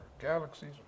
galaxies